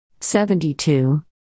72